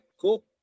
cool